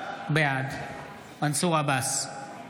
בעד מנסור עבאס,